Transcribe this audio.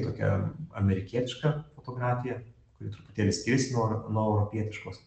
tokią amerikietišką fotografiją kuri truputėlį skiriasi nuo nuo europietiškos